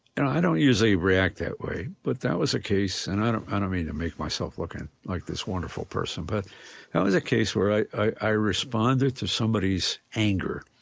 and i don't usually react that way, but that was a case and i don't ah don't mean to make myself look and like this wonderful person but that was a case where i i responded to somebody's anger